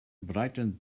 brightened